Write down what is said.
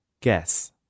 Guess